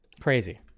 Crazy